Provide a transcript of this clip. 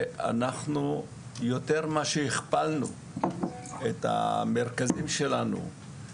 אנחנו יותר מאשר הכפלנו את המרכזים שלנו.